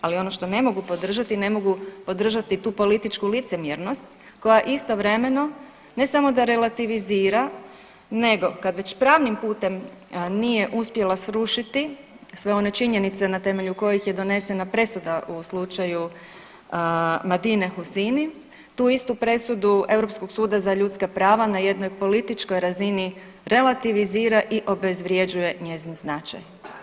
Ali ono što ne mogu podržati, ne mogu podržati tu političku licemjernost koja istovremeno ne samo da relativizira nego kad već pravnim putem nije uspjela srušiti sve one činjenice na temelju kojih je donesena presuda u slučaju Madine Hussiny, tu istu presudu Europskog suda za ljudska prava na jednoj političkoj razini relativizira i obezvređuje njezin značaj.